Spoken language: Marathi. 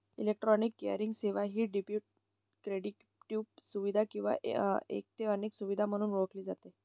इलेक्ट्रॉनिक क्लिअरिंग सेवा ही क्रेडिटपू सुविधा किंवा एक ते अनेक सुविधा म्हणून ओळखली जाते